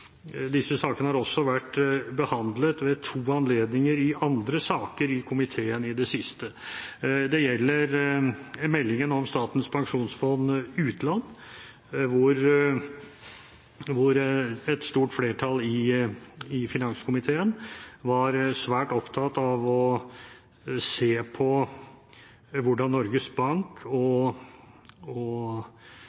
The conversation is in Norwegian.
disse sakene også har vært behandlet ved to anledninger i forbindelse med andre saker i komiteen i det siste. Det gjelder meldingen om Statens pensjonsfond utland, hvor et stort flertall i finanskomiteen var svært opptatt av å se på hvordan Norges Bank og